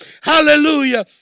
Hallelujah